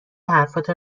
حرفاتو